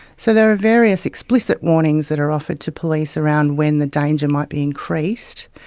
so there are various explicit warnings that are offered to police around when the danger might be increased.